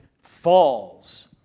falls